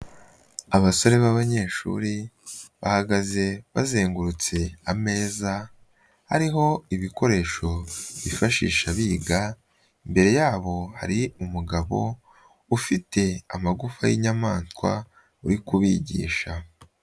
Abasore b'abanyeshuri bahagaze bazengurutse ameza, hariho ibikoresho byifashisha biga imbere yabo hari umugabo ufite amagufa y'inyamanswa uri kubigisha.